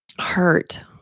hurt